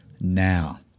now